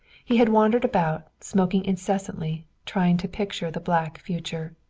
he had wandered about, smoking incessantly, trying to picture the black future.